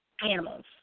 animals